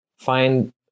find